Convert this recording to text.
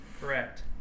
Correct